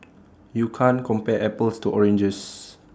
you can't compare apples to oranges